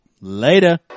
Later